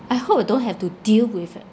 I hope I don't have to deal with